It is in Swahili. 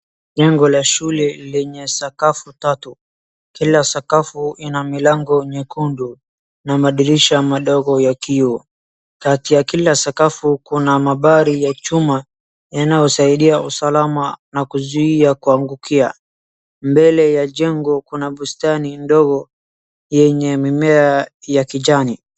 Jengo la shule lenye sakafu tatu. Kila sakafu ina milango nyekundu na madirisha madogo ya kioo. Kati ya kila sakafu, kuna mabari ya chuma yanayosaidia usalama na kuzuia kuangukia. Mbele ya jengo, kuna bustani ndogo yenye mimea ya kijani.